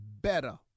better